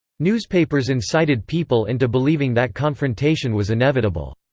newspapers incited people into believing that confrontation was inevitable.